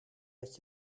dat